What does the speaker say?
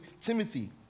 Timothy